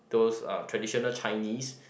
those uh traditional Chinese